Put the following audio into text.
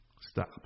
stop